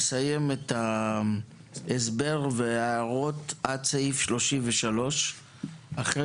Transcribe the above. אנחנו נסיים את ההסבר וההערות עד סעיף 33. אחרי